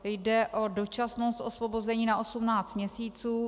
Jde o dočasnost osvobození na 18 měsíců.